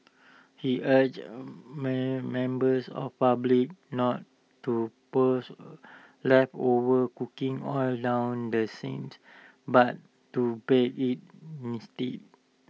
he urged man members of public not to pours leftover cooking oil down the sink but to bag IT instead